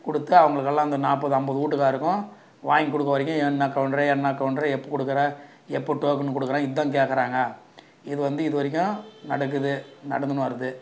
கொடுத்து அவங்களுக்கெல்லாம் அந்த நாற்பது ஐம்பது வீட்டுக்காருக்கும் வாங்கிக் கொடுக்குற வரைக்கும் என்ன கவுண்டரே என்ன கவுண்டரே எப்போ கொடுக்குறான் எப்போ டோக்கன் கொடுக்குறான் இதான் கேக்கிறாங்க இது வந்து இது வரைக்கும் நடக்குது நடந்துன்னு வருது